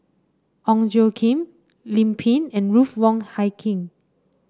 Ong Tjoe Kim Lim Pin and Ruth Wong Hie King